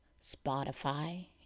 Spotify